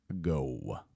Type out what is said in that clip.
go